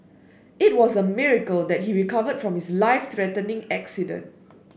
it was a miracle that he recovered from his life threatening accident